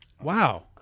Wow